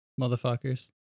motherfuckers